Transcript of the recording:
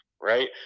Right